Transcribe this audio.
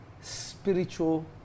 spiritual